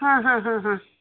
ಹಾಂ ಹಾಂ ಹಾಂ ಹಾಂ